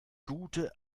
gute